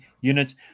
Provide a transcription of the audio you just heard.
units